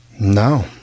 No